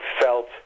felt